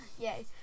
Yay